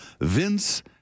Vince